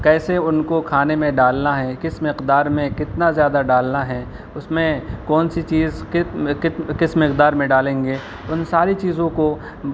کیسے ان کو کھانے میں ڈالنا ہے کس مقدار میں کتنا زیادہ ڈالنا ہے اس میں کون سی چیز کس مقدار میں ڈالیں گے ان ساری چیزوں کو